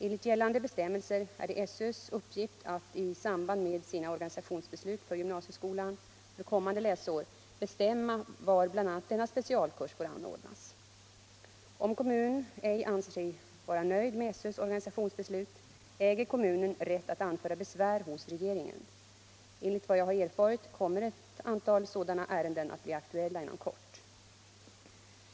Enligt gällande bestämmelser är det SÖ:s uppgift att i samband med sina organisationsbeslut för gymnasieskolan för kommande läsår bestämma var bl.a. denna specialkurs får anordnas. Om kommun ej anser sig vara nöjd med SÖ:s organisationsbeslut äger kommunen rätt att anföra besvär hos regeringen. Enligt vad jag erfarit kommer ett antal sådana ärenden att bli aktuella inom kort.